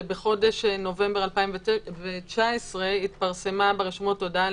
שבחודש נובמבר 2019 התפרסמה ברשומות הודעה על